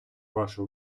вашу